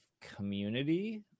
community